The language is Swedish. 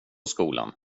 skolan